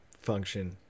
function